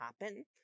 happen